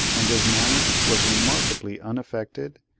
and his manner was remarkably unaffected,